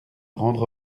rendre